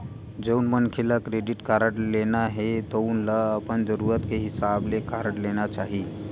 जउन मनखे ल क्रेडिट कारड लेना हे तउन ल अपन जरूरत के हिसाब ले कारड लेना चाही